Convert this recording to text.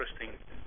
interesting